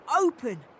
open